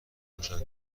روشن